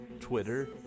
Twitter